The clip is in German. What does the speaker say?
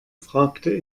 fragte